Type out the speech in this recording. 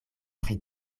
pri